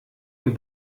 ihm